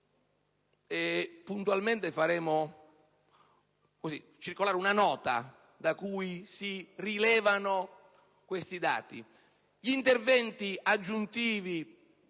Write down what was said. e puntualmente faremo circolare una nota da cui si possono rilevare tali dati. Gli interventi aggiuntivi